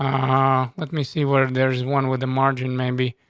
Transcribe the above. ah, let me see where there's one with a margin maybe.